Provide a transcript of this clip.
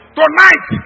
tonight